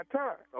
time